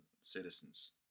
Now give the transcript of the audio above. citizens